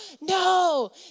no